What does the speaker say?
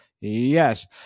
Yes